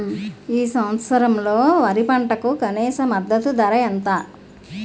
ఈ సంవత్సరంలో వరి పంటకు కనీస మద్దతు ధర ఎంత?